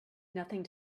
nothing